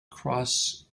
cross